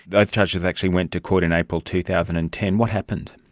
those charges actually went to court in april two thousand and ten. what happened?